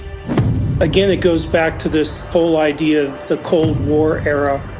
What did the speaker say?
again it goes back to this whole idea of the cold war era,